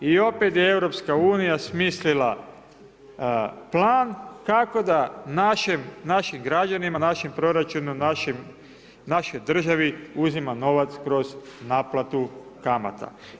I opet je EU smislila plan kako da našim građanima, našem proračunu, našoj državi uzima novac kroz naplatu kamata.